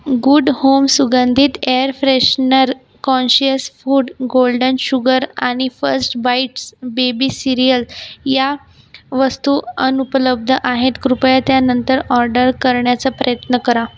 good home सुगंधित air freshener conscious food golden sugar आणि first bites baby cereal या वस्तू अनुपलब्ध आहेत कृपया त्या नंतर ऑर्डर करण्याचा प्रयत्न करा